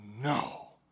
no